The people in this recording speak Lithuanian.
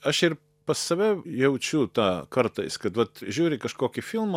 aš ir pas save jaučiu tą kartais kad vat žiūri kažkokį filmą